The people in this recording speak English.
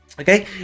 okay